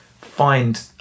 find